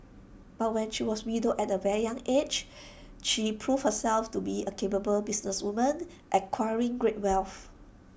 but when she was widowed at A young aged she proved herself to be A capable businesswoman acquiring great wealth